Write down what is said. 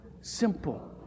simple